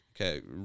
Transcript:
Okay